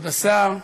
כבוד השר,